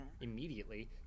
immediately